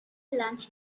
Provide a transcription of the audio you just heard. lunch